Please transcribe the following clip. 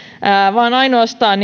vaan ainoastaan